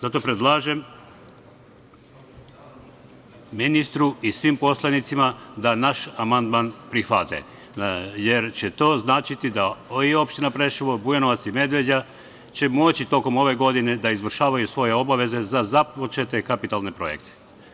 Zato predlažem ministru i svim poslanicima da naš amandman prihvate, jer će to značiti da i opština Preševo, Bujanovac i Medveđa će moći tokom ove godine da izvršavaju svoje obaveze za započete kapitalne projekte.